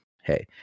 hey